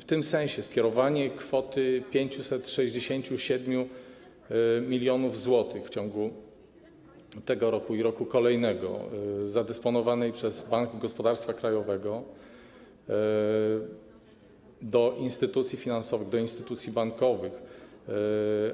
W tym sensie skierowanie kwoty 567 mln zł w ciągu tego roku i roku kolejnego, zadysponowanej przez Bank Gospodarstwa Krajowego, do instytucji finansowych, do instytucji bankowych,